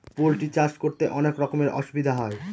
poultry চাষ করতে অনেক রকমের অসুবিধা হয়